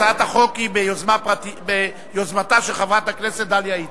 הצעת החוק היא ביוזמתה של חברת הכנסת דליה איציק.